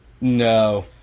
No